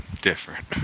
different